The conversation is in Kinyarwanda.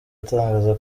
atangaza